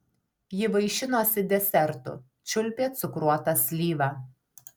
ji vaišinosi desertu čiulpė cukruotą slyvą